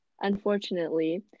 unfortunately